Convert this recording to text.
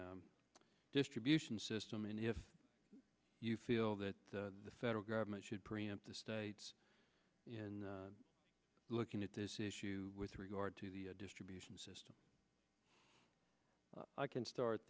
distribution system and if you feel that the federal government should preempt the states in looking at this issue with regard to the distribution system i can start